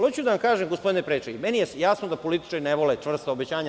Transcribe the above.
Hoću da vam kažem, gospodine predsedniče, meni je jasno da političari ne vole čvrsta obećanja.